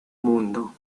mundo